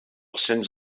cens